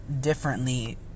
differently